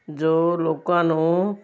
ਜੋ ਲੋਕਾਂ ਨੂੰ